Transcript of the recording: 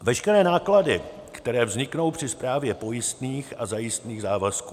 veškeré náklady, které vzniknou při správě pojistných a zajistných závazků.